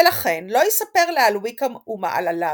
ולכן לא יספר לה על ויקהם ומעלליו,